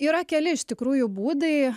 yra keli iš tikrųjų būdai